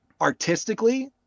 artistically